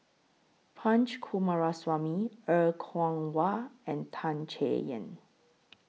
Punch Coomaraswamy Er Kwong Wah and Tan Chay Yan